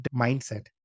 mindset